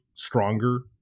stronger